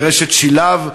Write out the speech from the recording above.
ברשת "שילב".